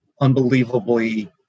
unbelievably